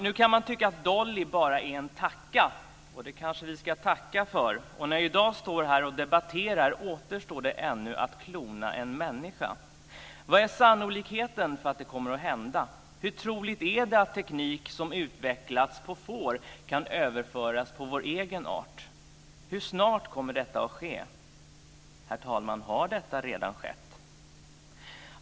Nu kan man tycka att Dolly bara är en tacka, och det kanske vi ska tacka för, och när jag i dag står här och debatterar återstår det ännu att klona en människa. Vad är sannolikheten för att det kommer att hända? Hur troligt är det att en teknik som utvecklats på får kan överföras till vår egen art? Hur snart kommer det att ske? Herr talman! Har det redan skett?